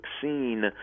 scene